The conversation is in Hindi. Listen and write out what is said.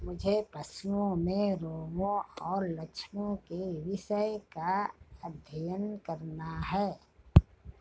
मुझे पशुओं में रोगों और लक्षणों के विषय का अध्ययन करना है